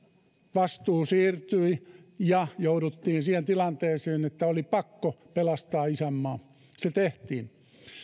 vastuu siirtyi ja jouduttiin siihen tilanteeseen että oli pakko pelastaa isänmaa se tehtiin